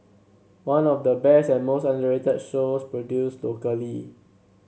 one of the best and most underrated shows produced locally